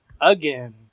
again